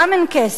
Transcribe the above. גם אין כסף,